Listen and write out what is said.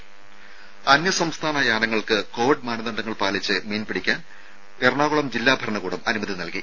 രംഭ അന്യസംസ്ഥാന യാനങ്ങൾക്ക് കോവിഡ് മാനദണ്ഡങ്ങൾ പാലിച്ച് മീൻ പിടിക്കാൻ എറണാകുളം ജില്ലാ ഭരണകൂടം അനുമതി നൽകി